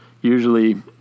Usually